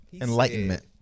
enlightenment